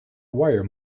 wire